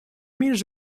meters